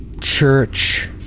church